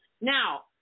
Now